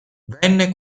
venne